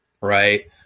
right